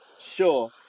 Sure